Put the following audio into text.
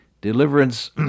Deliverance